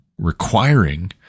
requiring